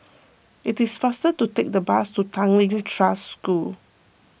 it is faster to take the bus to Tanglin Trust School